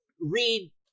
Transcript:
read